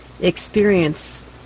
experience